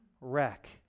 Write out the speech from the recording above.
wreck